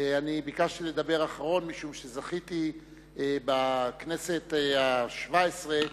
ביקשתי לדבר אחרון, משום שזכיתי בכנסת השבע-עשרה